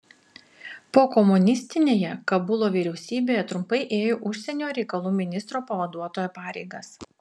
pokomunistinėje kabulo vyriausybėje trumpai ėjo užsienio reikalų ministro pavaduotojo pareigas